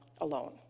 alone